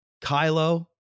Kylo